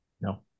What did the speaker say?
No